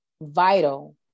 vital